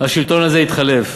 השלטון הזה יתחלף.